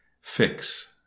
Fix